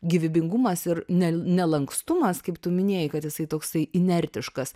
gyvybingumas ir ne nelankstumas kaip tu minėjai kad jisai toksai inertiškas